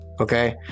Okay